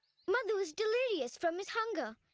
madhu is delirious from his hunger.